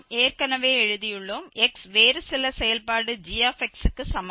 நாம் ஏற்கனவே எழுதியுள்ளோம் x வேறு சில செயல்பாடு g க்கு சமம்